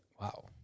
wow